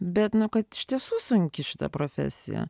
bet nuo kad iš tiesų sunki šita profesija